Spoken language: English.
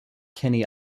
kenny